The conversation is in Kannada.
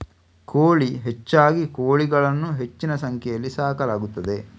ಕೋಳಿ ಹೆಚ್ಚಾಗಿ ಕೋಳಿಗಳನ್ನು ಹೆಚ್ಚಿನ ಸಂಖ್ಯೆಯಲ್ಲಿ ಸಾಕಲಾಗುತ್ತದೆ